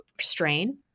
Strain